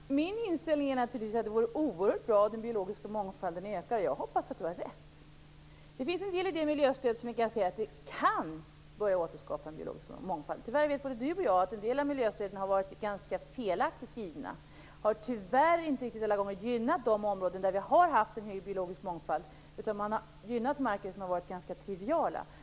Fru talman! Min inställning är naturligtvis att det vore oerhört bra om den biologiska mångfalden ökade. Jag hoppas att Peter Weibull Bernström har rätt. Det finns en del i miljöstödet som vi kan säga kan börja återskapa en biologisk mångfald. Tyvärr, det vet både Peter Weibull Bernström och jag, har en del av miljöstöden givits ganska felaktigt och inte alla gånger gynnat de områden där vi har haft en hög biologisk mångfald. I stället har man gynnat marker som har varit ganska triviala.